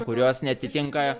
kurios neatitinka